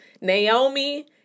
Naomi